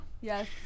Yes